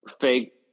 fake